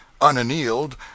unannealed